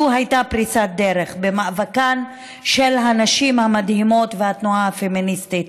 זו הייתה פריצת דרך במאבקן של הנשים המדהימות והתנועה הפמיניסטית,